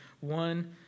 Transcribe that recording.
one